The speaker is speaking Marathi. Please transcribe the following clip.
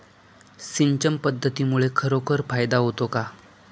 सिंचन पद्धतीमुळे खरोखर फायदा होतो का?